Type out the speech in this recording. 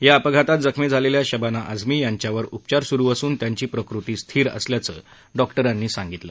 या अपघातात जखमी झालेल्या शबाना आझमी यांच्यावर उपचार सुरु असून त्यांची प्रकृती स्थिर असल्याचं डॉक्टरांनी सांगितलं